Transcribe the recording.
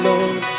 Lord